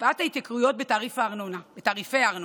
הקפאת ההתייקרויות בתעריפי הארנונה: